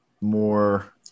more